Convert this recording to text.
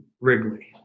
Wrigley